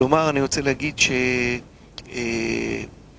כלומר אני רוצה להגיד ש...